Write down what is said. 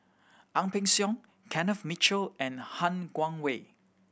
Ang Peng Siong Kenneth Mitchell and Han Guangwei